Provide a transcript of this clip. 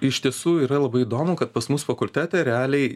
iš tiesų yra labai įdomu kad pas mus fakultetai realiai